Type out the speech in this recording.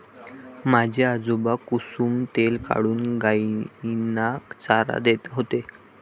माझे आजोबा कुसुम तेल काढून गायींना चारा देत होते